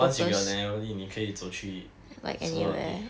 once you get on there 你可以走去什么的地方